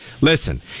Listen